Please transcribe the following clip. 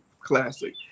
classic